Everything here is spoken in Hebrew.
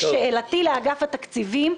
שאלתי לאגף התקציבים,